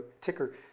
ticker